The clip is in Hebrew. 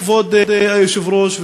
כבוד היושב-ראש,